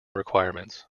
requirements